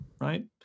right